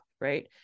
right